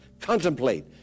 contemplate